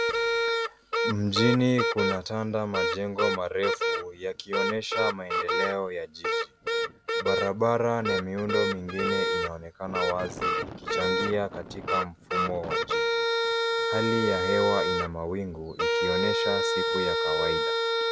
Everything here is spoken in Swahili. Mjini kuna tanda majengo marefu yakionyesha maendeleo ya jiji barabara na miundo mingine inaonekana wazi ikichangia katika mfumo wa jiji hali ya hewa ina mawingu ikionyesha siku ya kawaida.